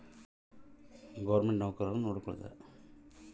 ಸರ್ಕಾರದ ಮಂದಿ income tax department ನೊಡ್ಕೋತರ